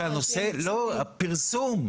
שהנושא של הפרסום,